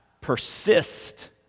persist